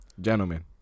Gentlemen